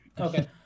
okay